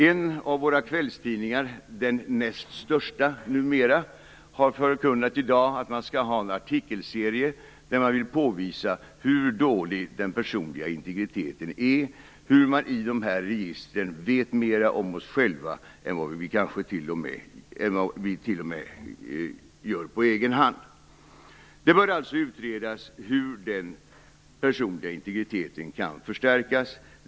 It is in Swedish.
En av våra kvällstidningar, den näst största numera, har i dag förkunnat att man skall ha en artikelserie där man vill påvisa hur dålig den personliga integriteten är och hur man i dessa register vet mera om oss själva än vad vi kanske t.o.m. gör på egen hand. Det bör alltså utredas hur den personliga integriteten kan förstärkas.